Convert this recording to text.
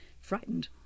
frightened